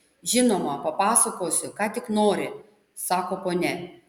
žinoma papasakosiu ką tik nori sako ponia